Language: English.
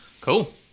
Cool